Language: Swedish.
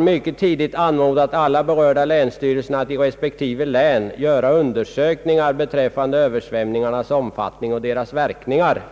»mycket tidigt anmodat alla berörda länsstyrelser att i respektive län göra undersökningar beträffande översvämningarnas omfattning och deras verkningar».